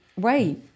Right